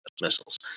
Missiles